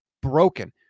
broken